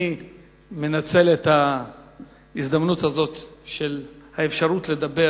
אני מנצל את ההזדמנות הזאת של האפשרות לדבר